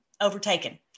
overtaken